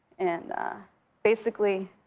and basically,